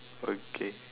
okay